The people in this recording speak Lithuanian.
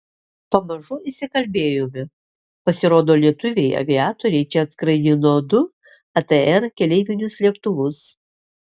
pamažu išsikalbėjome pasirodo lietuviai aviatoriai čia atskraidino du atr keleivinius lėktuvus